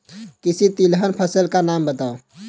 किसी तिलहन फसल का नाम बताओ